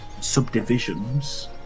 subdivisions